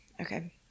Okay